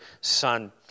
son